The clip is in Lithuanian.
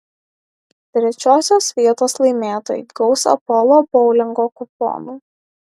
trečiosios vietos laimėtojai gaus apolo boulingo kuponų